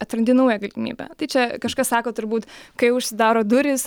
atrandi naują galimybę tai čia kažkas sako turbūt kai užsidaro durys